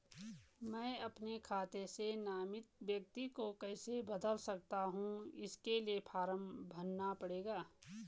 मैं अपने खाते से नामित व्यक्ति को कैसे बदल सकता हूँ इसके लिए फॉर्म भरना पड़ेगा?